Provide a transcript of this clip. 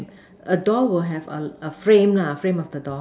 a door will have a a frame lah frame of the door